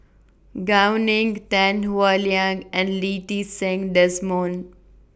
Gao Ning Tan Howe Liang and Lee Ti Seng Desmond